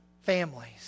families